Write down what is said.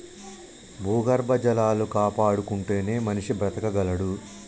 భూగర్భ జలాలు కాపాడుకుంటేనే మనిషి బతకగలడు